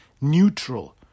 neutral